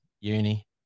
Uni